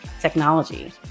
technology